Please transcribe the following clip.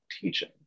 teaching